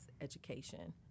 education